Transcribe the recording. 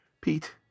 Pete